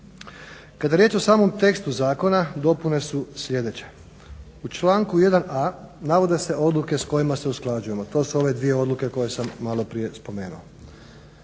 Kada je riječ o samom tekstu zakona dopune su sljedeće. U članku 1.a navode se odluke s kojima se usklađujemo, to su ove dvije odluke koje sam maloprije spomenuo.